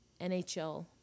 NHL